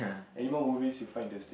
anymore movies you find interesting